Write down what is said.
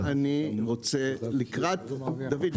דוד,